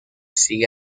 sigue